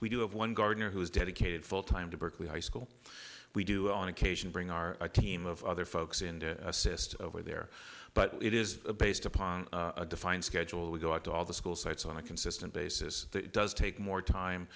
we do have one gardener who is dedicated full time to berkeley high school we do on occasion bring our team of other folks in to assist over there but it is based upon a defined schedule we go out to all the school sites on a consistent basis that does take more time